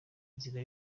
nzira